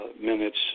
minutes